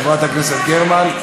חברת הכנסת גרמן,